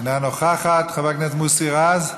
אינה נוכחת, חבר הכנסת מוסי רז,